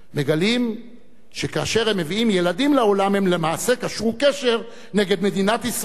מגלים שכאשר הם מביאים ילדים לעולם הם למעשה קשרו קשר נגד מדינת ישראל,